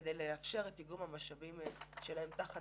כדי לאפשר את איגום המשאבים שלהם תחת